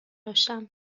داشتم